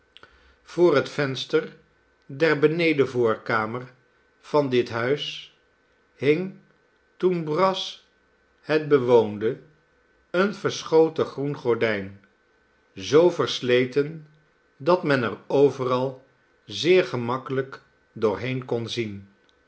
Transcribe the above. voor het venster der benedenvoorkamer van dit huis hing toen brass het bewoonde een verschoten groen gordijn zoo versleten dat men er overal zeer gemakkelijk doorheen kon zien